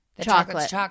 Chocolate